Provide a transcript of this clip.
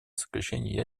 сокращению